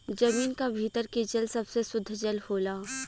जमीन क भीतर के जल सबसे सुद्ध जल होला